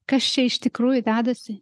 kas čia iš tikrųjų dedasi